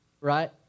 right